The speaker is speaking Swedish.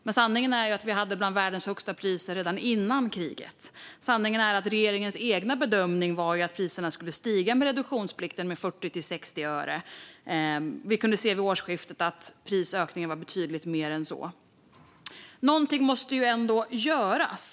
Men sanningen är ju att vi hade bland världens högsta priser redan innan kriget, och sanningen är att regeringens egen bedömning var att priserna skulle stiga med 40-60 öre i och med reduktionsplikten. Vid årsskiftet kunde vi se att prisökningen var betydligt större än så. Någonting måste ändå göras.